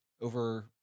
over